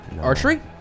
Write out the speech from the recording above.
Archery